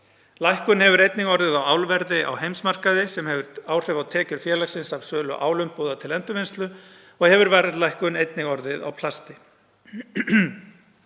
Lækkun hefur einnig orðið á álverði á heimsmarkaði, sem hefur áhrif á tekjur félagsins af sölu álumbúða til endurvinnslu, og hefur verðlækkun einnig orðið á plasti.